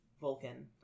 Vulcan